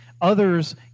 others